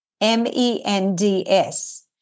M-E-N-D-S